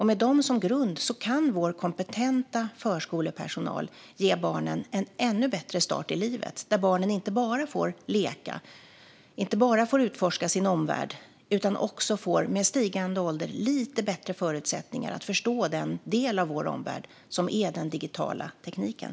Med dem som grund kan vår kompetenta förskolepersonal ge barnen en ännu bättre start i livet där barnen inte bara får leka och utforska sin omvärld utan också med stigande ålder får lite bättre förutsättningar att förstå den del av vår omvärld som är den digitala tekniken.